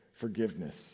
Forgiveness